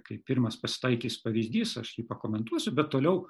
kai pirmas pasitaikys pavyzdys aš jį pakomentuosiu bet toliau